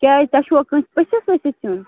کیازِ تۄہہِ چھُوا کٲنٛسہِ پٔژِھس ؤژِھس یُن